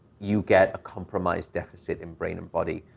you get a compromised deficit in brain and body.